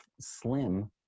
slim